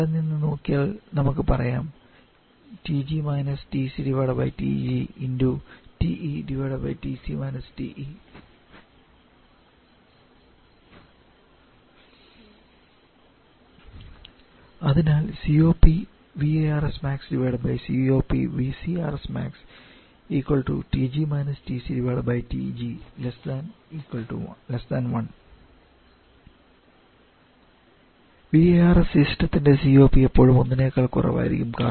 അവിടെ നിന്നു നോക്കിയാൽ നമുക്ക് പറയാം അതിനാൽ VARS സിസ്റ്റത്തിൻറെ COP എപ്പോഴും ഒന്നിനേക്കാൾ കുറവായിരിക്കും